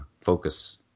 focus